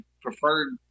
preferred